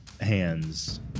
hands